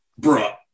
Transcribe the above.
bruh